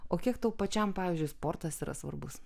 o kiek tau pačiam pavyzdžiui sportas yra svarbus